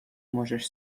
можеш